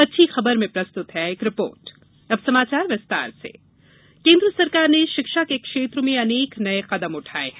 अच्छी खबर में प्रस्तुत है एक रिपोर्ट शिक्षा नीति केन्द्र सरकार ने शिक्षा के क्षेत्र में अनेक नये कदम उठाए हैं